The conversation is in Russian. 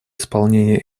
исполнения